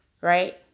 right